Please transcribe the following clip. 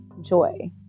joy